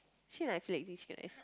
actually i feel like eating chicken rice